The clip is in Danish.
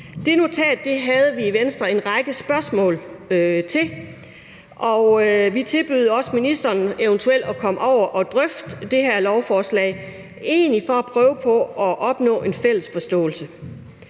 Det notat havde vi i Venstre en række spørgsmål til, og vi tilbød også ministeren eventuelt at komme over at drøfte det her lovforslag – egentlig for at prøve på at opnå en fælles forståelse.